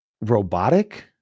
robotic